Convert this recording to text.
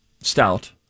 stout